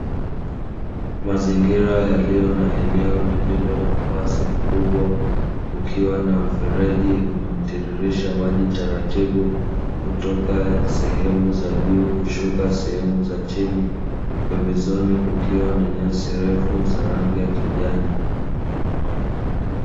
Mazingira yaliyo na eneo lililo na uwazi mkubwa, kukiwa na mfereji unaotiririsha maji taratibu kutoka sehemu za juu kushuka sehemu za chini, pembezoni kukiwa na nyasi refu za rangi ya kijani.